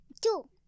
Two